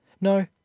No